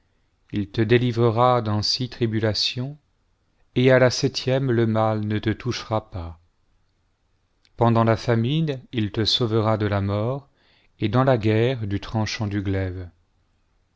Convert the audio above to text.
il te délivrera dans six tribulations et à la septième le mal ne te touchera pas pendant la famine il te sauvera de la mort et dans la guerre du tranchant du glaive